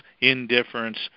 indifference